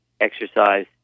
exercise